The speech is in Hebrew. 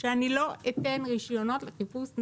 שאני לא אתן רישיונות חדשים לחיפוש נפט.